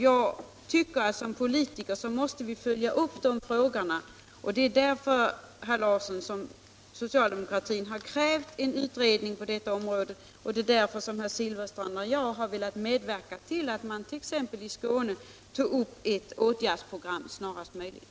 Jag tycker att vi som politiker måste följa upp de frågorna, och det är därför, herr Larsson i Borrby, socialdemokratin har krävt en utredning på detta område och det är därför herr Silfverstrand och jag har velat medverka till att man t.ex. i Skåne tog upp ett åtgärdsprogram snarast möjligt.